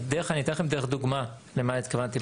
אני אתם לכם דוגמה, למה התכוונתי.